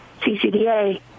CCDA